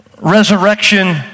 Resurrection